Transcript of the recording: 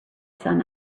sun